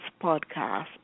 podcast